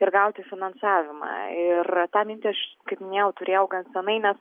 ir gauti finansavimą ir tą mintį aš kaip minėjau turėjau gan seniai nes